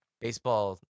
baseball